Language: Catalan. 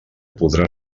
podrà